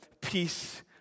peace